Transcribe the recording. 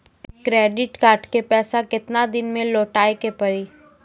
Credit card के पैसा केतना दिन मे लौटाए के पड़ी?